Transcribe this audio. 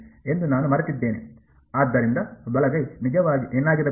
ಆದ್ದರಿಂದ ಬಲಗೈ ನಿಜವಾಗಿ ಏನಾಗಿರಬೇಕು